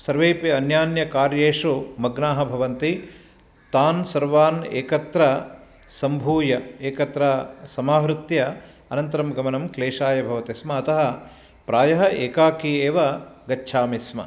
सर्वेपि अन्यान्यकार्येषु मग्नाः भवन्ति तान् सर्वान् एकत्र सम्भूय एकत्र समाहृत्य अनन्तरं गमनं क्लेशाय भवतिस्म अतः प्रायः एकाकी एव गच्छामि स्म